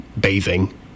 bathing